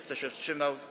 Kto się wstrzymał?